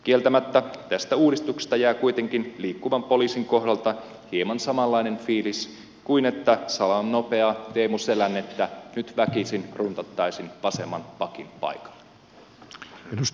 kieltämättä tästä uudistuksesta jää kuitenkin liikkuvan poliisin kohdalta hieman samanlainen fiilis kuin jos salamannopeaa teemu selännettä nyt väkisin runtattaisiin vasemman pakin paikalle